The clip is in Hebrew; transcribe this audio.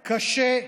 קשה,